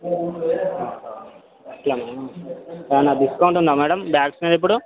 okay ma'am ఏదైన discount ఉందా madam bags మీద ఇప్పుడు